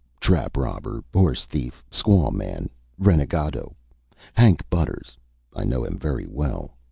trap-robber, horse-thief, squaw-man, renegado hank butters i know him very well.